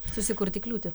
susikurti kliūtį